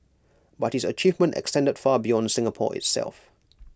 but his achievement extended far beyond Singapore itself